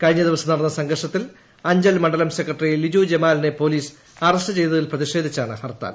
കഴിഞ്ഞ ദിവസം നടന്ന സംഘർഷത്തിൽ അഞ്ചൽ മണ്ഡലം സെക്രട്ടറി ലിജു ജമാലിനെ പോലീസ് അറസ്റ്റ് ചെയ്തതിൽ പ്രതിഷേധിച്ചാണ് ഹർത്താൽ